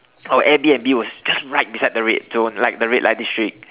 our Airbnb was just beside the red zone like the red light district